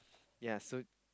ya so